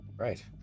right